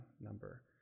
number